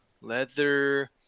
leather